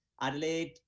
Adelaide